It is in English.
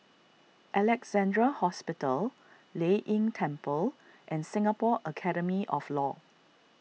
Alexandra Hospital Lei Yin Temple and Singapore Academy of Law